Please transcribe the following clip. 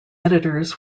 editors